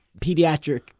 pediatric